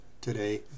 today